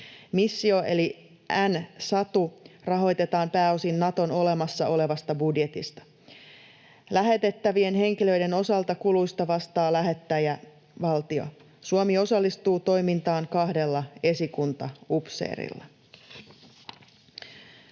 Missio eli NSATU rahoitetaan pääosin Naton olemassa olevasta budjetista. Lähetettävien henkilöiden osalta kuluista vastaa lähettäjävaltio. Suomi osallistuu toimintaan kahdella esikuntaupseerilla.